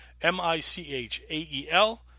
M-I-C-H-A-E-L